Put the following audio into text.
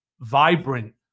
vibrant